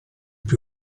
più